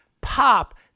Pop